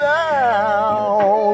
down